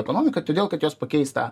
ekonomiką todėl kad jos pakeis tą